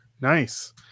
nice